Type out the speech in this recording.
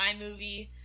iMovie